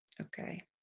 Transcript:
okay